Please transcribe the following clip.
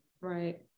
Right